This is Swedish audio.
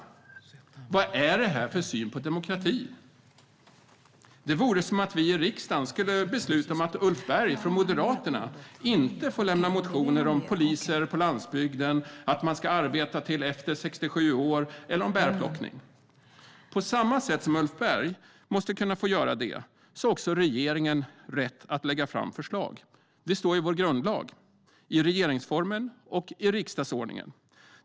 Vad är det för syn på demokrati? Det vore som att vi i riksdagen skulle besluta om att Ulf Berg från Moderaterna inte får väcka motioner om poliser på landsbygden, om att man ska arbeta efter 67 år eller om bärplockning. På samma sätt som Ulf Berg måste kunna få göra det har regeringen rätt att lägga fram förslag. Det står i vår grundlag, i regeringsformen och i riksdagsordningen.